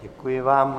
Děkuji vám.